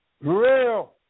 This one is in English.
Real